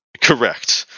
Correct